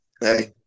hey